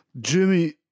Jimmy